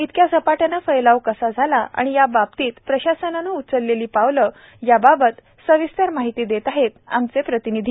इतक्या झपाट्याने फैलाव कसा झाला आणि या बाबतीती प्रशासनाने उचललेली पावलं याबाबत साविसस्तर माहिती देत आहेत आमचे प्रतीनिधी